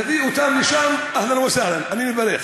תביא אותם לשם, אהלן וסהלן, אני מברך,